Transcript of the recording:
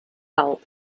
help